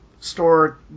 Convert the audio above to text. store